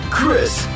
Chris